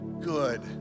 good